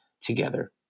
together